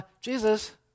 Jesus